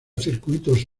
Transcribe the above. circuitos